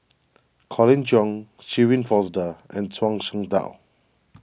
Colin Cheong Shirin Fozdar and Zhuang Shengtao